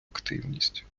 активність